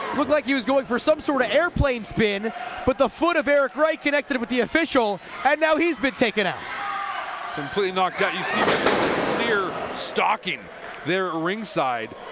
looked like he was going for some sort of airplane spin but the foot of eric right connected with the official and now he's been taken out. ja completely knocked out you see syncyr stalking there ring side.